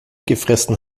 gefressen